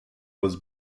was